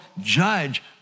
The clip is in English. judge